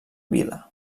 vila